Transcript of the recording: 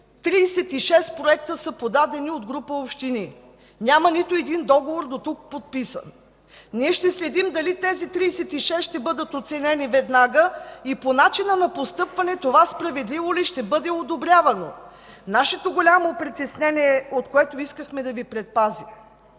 36 проекта са подадени от група общини. Дотук няма нито един подписан договор. Ние ще следим дали тези 36 ще бъдат оценени веднага и по начина на постъпване това справедливо ли ще бъде одобрявано. Нашето голямо притеснение, от което искахме да Ви предпазим,